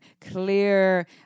clear